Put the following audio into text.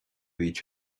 each